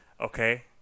Okay